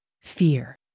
fear